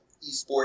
esports